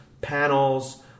panels